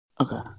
Okay